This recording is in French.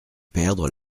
perdre